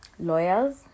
lawyers